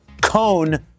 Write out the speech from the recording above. cone